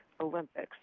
Olympics